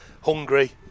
hungry